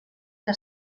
que